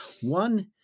one